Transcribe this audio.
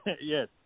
yes